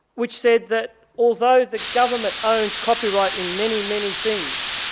which said that, although the government owns copyright in many, many things,